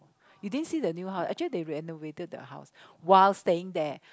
you didn't see the new house actually they renovated the house while staying there